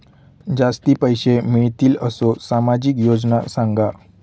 जास्ती पैशे मिळतील असो सामाजिक योजना सांगा?